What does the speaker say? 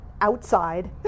outside